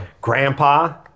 grandpa